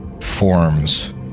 forms